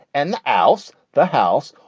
and the house. the house.